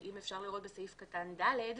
אם אפשר לראות בסעיף קטן (ד),